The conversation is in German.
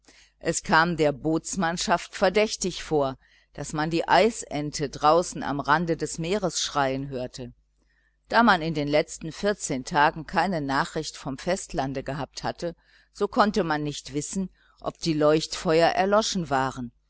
es kam der bootsmannschaft verdächtig vor daß man die eisente draußen am rande des meeres schreien hörte da man in den letzten vierzehn tagen keine nachricht vom festlande gehabt hatte so konnte man nicht wissen ob die leuchtfeuer erloschen waren